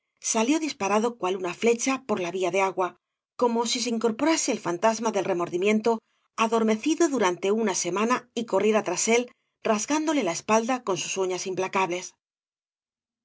salió disparado cual una flecha por la vía de agua como si se incorporase el fantasma del remordimiento adormecido durante una semana y corriera tras él rasgándole la espalda con sus uñas implacables